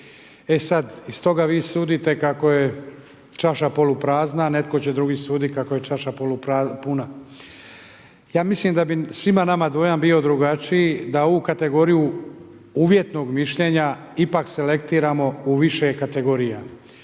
E sad, iz toga vi sudite kako je čaša poluprazna, a netko će drugi suditi kako je čaša polupuna. Ja mislim da bi svima nama dojam bio drugačiji da ovu kategoriju uvjetnog mišljenja ipak selektiramo u više kategorija.